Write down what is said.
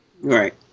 right